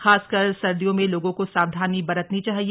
खासकर सर्दियों में लोगों को सावधानी बरतनी चाहिए